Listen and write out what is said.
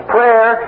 Prayer